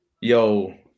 Yo